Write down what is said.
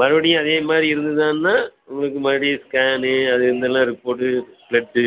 மறுபடியும் அதேமாதிரி இருந்ததுன்னா உங்களுக்கு மறுபடியும் ஸ்கேனு அது இதுந்துலாம் ரிப்போர்ட்டு பிளட்டு